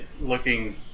looking